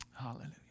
Hallelujah